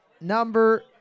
number